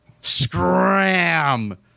Scram